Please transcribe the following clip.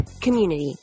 community